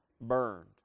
burned